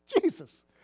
Jesus